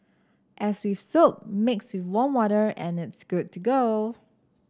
as with soap mix with warm water and it's good to go